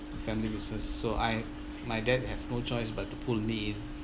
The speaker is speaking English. family business so I my dad have no choice but to pull me